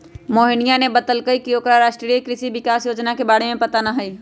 मोहिनीया ने बतल कई की ओकरा राष्ट्रीय कृषि विकास योजना के बारे में पता ना हई